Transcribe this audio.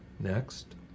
Next